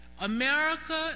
America